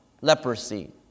leprosy